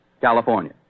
California